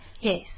Yes